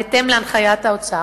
בהתאם להנחיית האוצר,